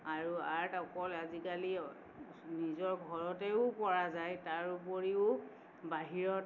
আৰু আৰ্ট অকল আজিকালি নিজৰ ঘৰতেও কৰা যায় তাৰোপৰিও বাহিৰত